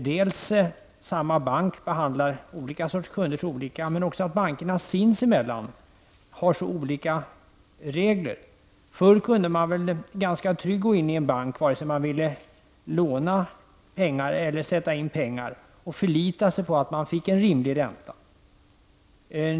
Dels behandlar samma bank olika sorters kunder olika, dels har bankerna sinsemellan olika regler. Förr kunde man ganska tryggt gå in i en bank, vare sig man ville låna eller sätta in pengar, och förlita sig på att man fick en rimlig ränta.